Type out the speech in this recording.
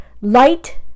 Light